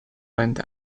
length